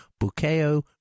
Bukeo